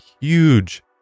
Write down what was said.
huge